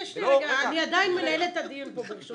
אני עדיין מנהלת את הדיון פה, ברשותך.